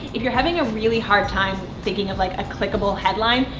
if you're having a really hard time thinking of like a clickable headline,